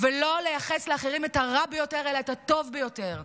ולא לייחס לאחרים את הרע ביותר אלא את הטוב ביותר,